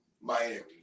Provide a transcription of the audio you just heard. Miami